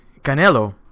Canelo